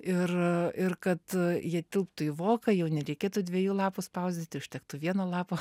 ir ir kad jie tilptų į voką jau nereikėtų dviejų lapų spausdinti užtektų vieno lapo